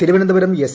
Thiruvananthapuram S